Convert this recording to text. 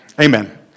Amen